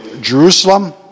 Jerusalem